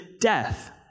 death